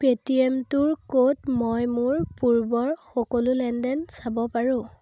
pay টি এমটোৰ ক'ত মই মোৰ পূৰ্বৰ সকলো লেনদেন চাব পাৰোঁ